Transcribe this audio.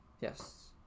Yes